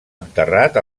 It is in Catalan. enterrat